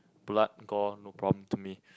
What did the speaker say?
blood gore no problem to me